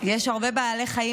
יש הרבה בעלי חיים בתל אביב.